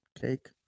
cake